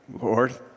Lord